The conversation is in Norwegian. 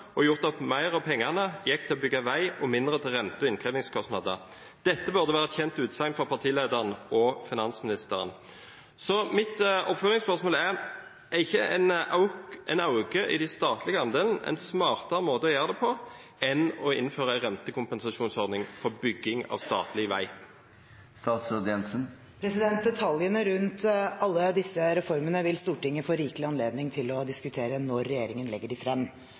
og gjort at mer av pengene gikk til å bygge vei og mindre til rente- og innkrevingskostnader. Dette burde være et kjent utsagn for partilederen og finansministeren. Så mitt oppfølgingsspørsmål er: Er ikke en økning i den statlige andelen en smartere måte å gjøre det på enn å innføre en rentekompensasjonsordning for bygging av statlig vei? Detaljene rundt alle disse reformene vil Stortinget få rikelig anledning til å diskutere når regjeringen legger dem frem,